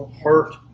hurt